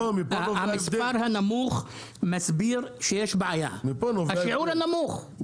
המספר הנמוך מסביר שיש בעיה, השיעור הנמוך.